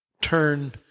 turn